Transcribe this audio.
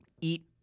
eat